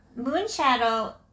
Moonshadow